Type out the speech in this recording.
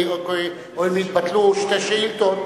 משום שהתבטלו שתי שאילתות,